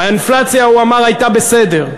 האינפלציה, הוא אמר, הייתה בסדר,